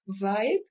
vibe